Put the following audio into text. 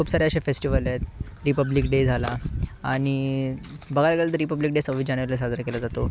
खूप सारे असे फेस्टिवल आहेत रिपब्लिक डे झाला आणि बघायला गेलं तर रिपब्लिक डे सव्वीस जानेवारीला साजरा केला जातो